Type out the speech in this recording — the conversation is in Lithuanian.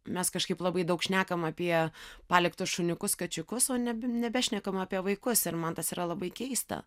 mes kažkaip labai daug šnekam apie paliktus šuniukus kačiukus o ne nebešnekam apie vaikus ir man tas yra labai keista